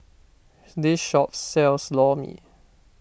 this shop sells Lor Mee